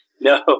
No